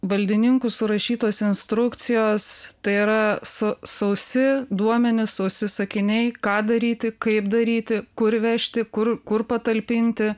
valdininkų surašytos instrukcijos tai yra su sausi duomenys sausi sakiniai ką daryti kaip daryti kur vežti kur kur patalpinti